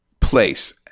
place